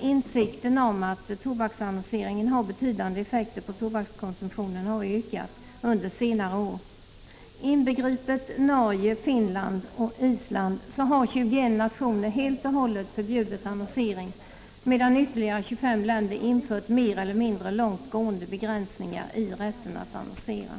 Insikten om att tobaksannonseringen har betydande effekter på tobakskonsumtionen har nämligen ökat under senare år. 21 nationer, däribland Norge, Finland och Island, har helt och hållet förbjudit annonsering, och ytterligare 25 länder har infört mer eller mindre långt gående begränsningar i rätten att annonsera.